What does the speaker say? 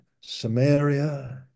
Samaria